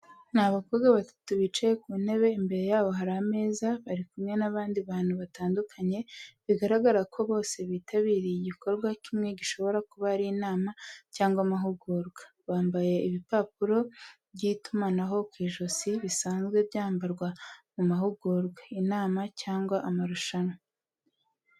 Ni abakobwa batatu bicaye ku ntebe, imbere yabo hari ameza, bari kumwe n’abandi bantu batandukanye bigaragara ko bose bitabiriye igikorwa kimwe gishobora kuba ari inama cyangwa amahugurwa. Bambaye ibipapuro by’itumanaho ku ijosi bisanzwe byambarwa mu mahugurwa, inama, cyangwa amarushanwa.